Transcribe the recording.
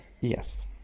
Yes